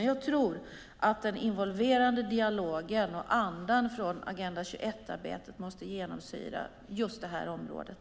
Jag tror att den involverande dialogen och andan från Agenda 21-arbetet måste genomsyra området.